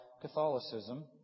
Catholicism